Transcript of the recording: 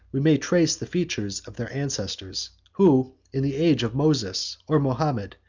we may trace the features of their ancestors, who, in the age of moses or mahomet,